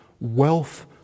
wealth